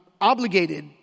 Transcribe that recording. obligated